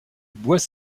bois